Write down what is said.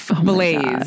blaze